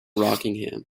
rockingham